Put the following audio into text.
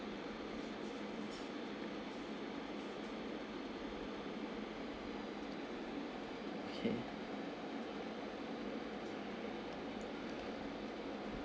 K